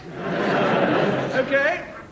okay